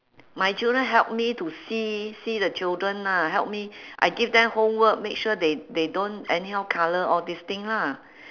my children help me to see see the children ah help me I give them homework make sure they they don't anyhow colour all this thing lah